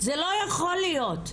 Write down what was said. זה לא יכול להיות,